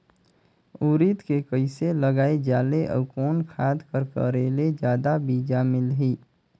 उरीद के कइसे लगाय जाले अउ कोन खाद कर करेले जादा बीजा मिलही?